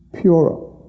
purer